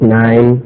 nine